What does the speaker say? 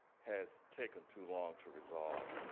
has taken too long to resolve